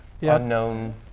unknown